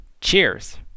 Cheers